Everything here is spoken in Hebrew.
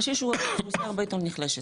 קשישי הוא באוכלוסייה הרבה יותר נחלשת.